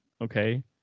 okay